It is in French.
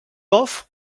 offre